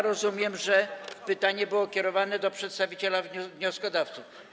Rozumiem, że pytanie było kierowane do przedstawiciela wnioskodawców.